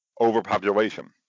overpopulation